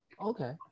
okay